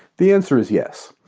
the answer is yes.